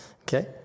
Okay